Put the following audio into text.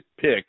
pick